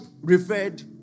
referred